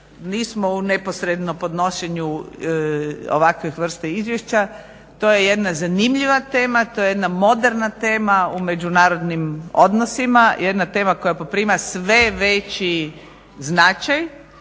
nismo u neposrednom podnošenju ovakve vrste izvješća. To je jedna zanimljiva tema, to je jedna moderna tema u međunarodnim odnosima, jedna tema koja poprima sve veći značaj